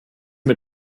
mit